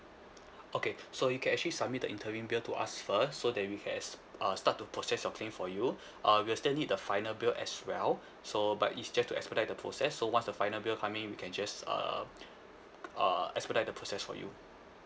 okay so you can actually submit the interim bill to us first so that we can uh start to process your claim for you uh we still need the final bill as well so but it's just to expedite the process so once the final bill come in we can just uh uh expedite the process for you